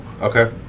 Okay